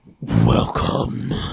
Welcome